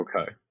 Okay